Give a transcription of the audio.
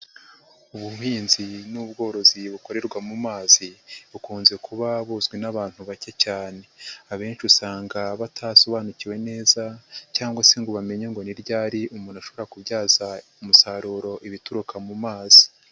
Ubuhinzi n'ubworozi bukorerwa mu mazi bukunze kuba buzwi n'abantu bake cyane, abenshi usanga batasobanukiwe neza cyangwa se ngo bamenye ngo ni ryari umuntu ashobora kubyaza umusaruro ibituruka mu mazi.